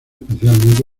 específicamente